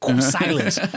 silence